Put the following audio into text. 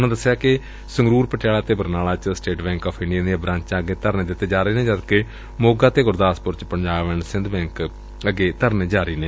ਉਨ੍ਹਾਂ ਦਸਿਆ ਕਿ ਸੰਗਰੂਰ ਪਟਿਆਲਾ ਅਤੇ ਬਰਨਾਲਾ ਚ ਸਟੇਟ ਬੈਕ ਆਫ਼ ਇੰਡੀਆ ਦੀਆਂ ਬਰਾਂਚਾਂ ਅੱਗੇ ਧਰਨੇ ਦਿੱਤੇ ਜਾ ਰਹੇ ਨੇ ਜਦ ਕਿ ਮੋਗਾ ਤੇ ਗੁਰਦਾਸਪੁਰ ਚ ਪੰਜਾਬ ਐਂਡ ਸਿੰਧ ਬੈਂਕ ਅੱਗੇ ਇਹ ਧਰਨੇ ਜਾਰੀ ਨੇ